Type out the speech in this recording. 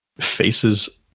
Faces